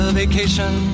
vacation